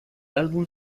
álbum